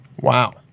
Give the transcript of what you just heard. Wow